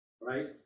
right